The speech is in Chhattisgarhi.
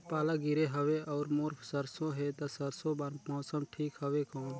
पाला गिरे हवय अउर मोर सरसो हे ता सरसो बार मौसम ठीक हवे कौन?